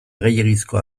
gehiegizko